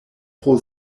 pro